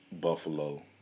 buffalo